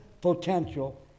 potential